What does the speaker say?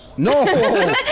No